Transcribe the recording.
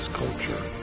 culture